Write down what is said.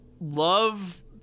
love